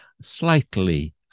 slightly